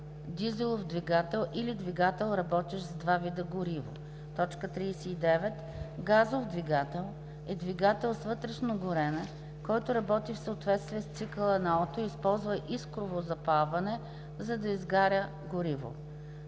дизелов двигател или двигател, работещ с два вида гориво. 39. „Газов двигател“ е двигател с вътрешно горене, който работи в съответствие с цикъла на Ото и използва искрово запалване, за да изгаря горивото.